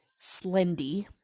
Slendy